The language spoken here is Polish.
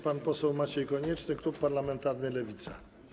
Pan poseł Maciej Konieczny, klub parlamentarny Lewica.